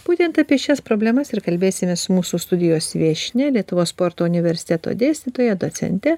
būtent apie šias problemas ir kalbėsimės su mūsų studijos viešnia lietuvos sporto universiteto dėstytoja docente